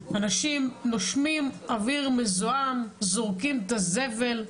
אנשים נושמים אוויר מזוהם, זורקים את הזבל,